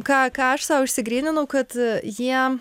ką ką aš sau išsigryninau kad jie